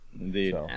Indeed